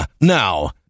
Now